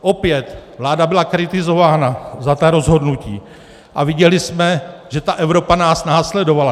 Opět, vláda byla kritizována za ta rozhodnutí, a viděli jsme, že Evropa nás následovala.